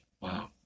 Wow